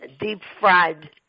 deep-fried